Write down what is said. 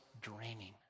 draining